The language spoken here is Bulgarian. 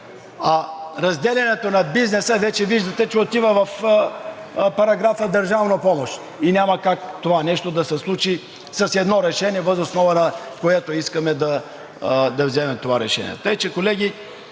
А разделянето на бизнеса вече виждате, че отива в параграфа „държавна помощ“ и няма как това нещо да се случи с едно решение, въз основа на което искаме да вземем това решение. Така че, колеги,